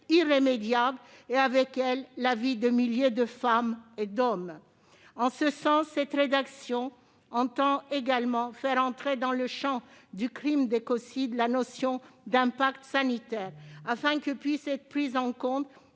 irrémédiable et, avec elles, la vie de milliers de femmes et d'hommes. C'est pourquoi la rédaction que nous proposons entend également faire entrer dans le champ du crime d'écocide la notion d'impact sanitaire, afin que puissent être prises en compte,